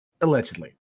Allegedly